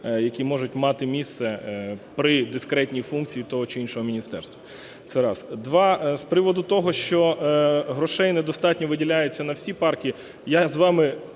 які можуть мати місце при дискретній функції того чи іншого міністерства. Це раз. Два. З приводу того, що грошей недостатньо виділяється на всі парки, я з вами